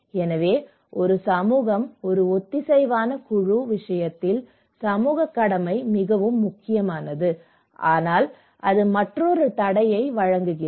எனவே ஒரு சமூக ஒரு ஒத்திசைவான குழு விஷயத்தில் சமூகக் கடமை மிகவும் முக்கியமானது ஆனால் அது மற்றொரு தடையை வழங்குகிறது